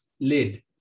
lid